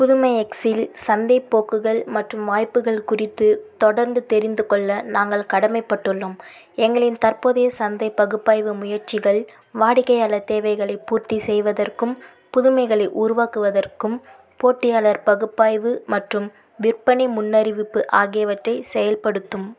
புதுமை எக்ஸில் சந்தைப் போக்குகள் மற்றும் வாய்ப்புகள் குறித்து தொடர்ந்து தெரிந்துக்கொள்ள நாங்கள் கடமைப்பட்டுள்ளோம் எங்களின் தற்போதைய சந்தை பகுப்பாய்வு முயற்சிகள் வாடிக்கையாளர் தேவைகளைப் பூர்த்தி செய்வதற்கும் புதுமைகளை உருவாக்குவதற்கும் போட்டியாளர் பகுப்பாய்வு மற்றும் விற்பனை முன்னறிவிப்பு ஆகியவற்றைச் செயல்படுத்தும்